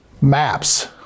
Maps